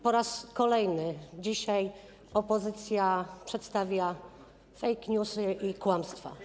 Po raz kolejny dzisiaj opozycja przedstawia fake newsy i kłamstwa.